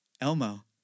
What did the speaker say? Elmo